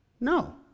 No